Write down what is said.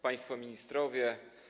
Państwo Ministrowie!